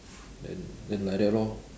then then like that lor